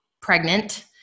pregnant